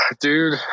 dude